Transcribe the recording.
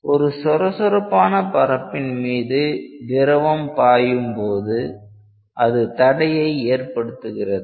ஒரு சொரசொரப்பான பரப்பின் மீது திரவம் பாயும்போது அது தடையை ஏற்படுத்துகிறது